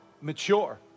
Mature